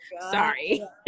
Sorry